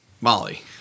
Molly